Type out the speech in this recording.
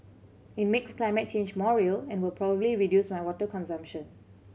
it makes climate change more real and will probably reduce my water consumption